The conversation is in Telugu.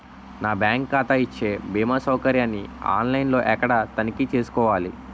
నా బ్యాంకు ఖాతా ఇచ్చే భీమా సౌకర్యాన్ని ఆన్ లైన్ లో ఎక్కడ తనిఖీ చేసుకోవాలి?